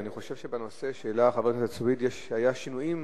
אני חושב שבנושא שהעלה חבר הכנסת סוייד היו שינויים.